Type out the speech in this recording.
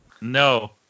No